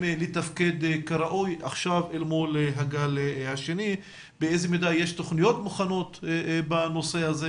לתפקד כראוי עכשיו אל מול הגל השני ובאיזו מידה יש תכניות בנושא הזה.